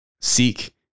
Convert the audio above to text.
seek